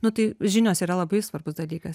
nu tai žinios yra labai svarbus dalykas